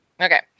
Okay